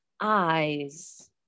eyes